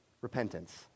repentance